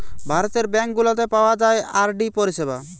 ভারতের ব্যাঙ্ক গুলাতে পাওয়া যায় আর.ডি পরিষেবা